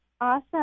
Awesome